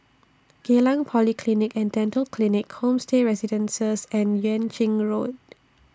Geylang Polyclinic and Dental Clinic Homestay Residences and Yuan Ching Road